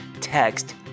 text